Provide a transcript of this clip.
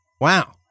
Wow